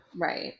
Right